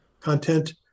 content